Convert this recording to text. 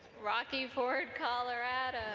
rocky ford, colorado